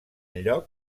lloc